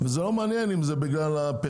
זה לא מעניין אם זה בגלל הפחם.